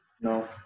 No